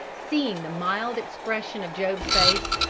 seeing the mild expression of job's face,